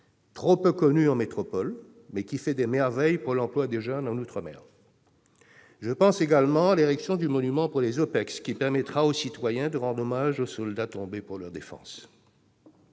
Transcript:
trop peu connu en métropole, mais qui fait des merveilles pour l'emploi des jeunes en outre-mer. Je pense également à l'érection du monument pour les opérations extérieures, qui permettra aux citoyens de rendre hommage aux soldats tombés pour leur défense.